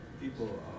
people